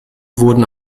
wurden